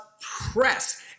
press